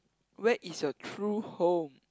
where is your true home